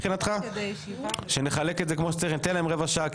ניתן להם רבע שעה.